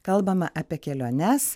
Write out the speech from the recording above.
kalbama apie keliones